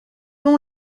ont